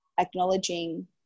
acknowledging